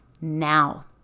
now